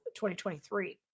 2023